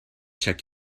check